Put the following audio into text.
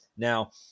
Now